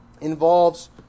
involves